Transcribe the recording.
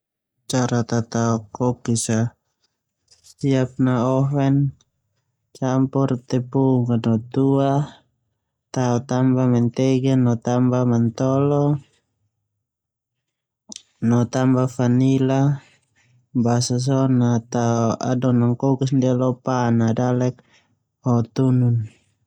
Cara tao kokis a siap na oven, campur tepung non tua, tao tamba mantega no tbah mantolo, tamba vanila basa so na tao adona kokis lo pan dalek ho tunun.